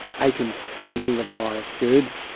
i can feel the power of good.